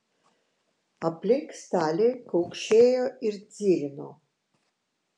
aplink staliai kaukšėjo ir dzirino